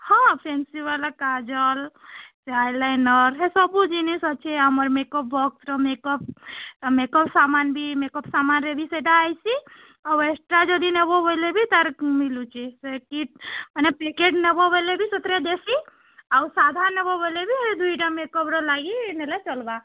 ହଁ ଫ୍ୟାନ୍ସୀ ବାଲା କାଜଲ୍ ସେ ଆଇ ଲାଇନର୍ ସବୁ ଜିନିଷ୍ ଅଛି ଆମର୍ ମେକ୍ ଅପ୍ ବକ୍ସର ମେକ୍ ଅପ୍ ମେକ୍ ଅପ୍ ସାମାନ୍ ବି ମେକ୍ ଅପ୍ ସାମାନରେ ବି ସେଇଟା ଆଇଛି ଆଉ ଏକ୍ସଟ୍ରା ଯଦି ନବ ବୋଲେ ବି ତା'ର ମିଲୁଛି ସେ କିଟ୍ ମାନେ ପ୍ୟାକେଟ୍ ନବ ବୋଲେ ବି ସେଥିରେ ଦେସି ଆଉ ସାଧା ନବ ବୋଲେ ବି ଦୁଇଟା ମେକ୍ ଅପ୍ ଲାଗି ନେଲେ ଚଲ୍ବା